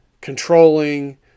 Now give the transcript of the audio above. controlling